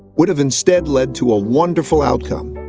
would have instead led to a wonderful outcome.